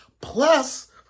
plus